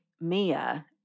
Mia